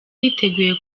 niteguye